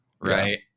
Right